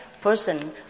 person